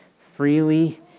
freely